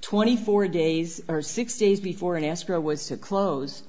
twenty four days or six days before an answer was to close